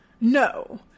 No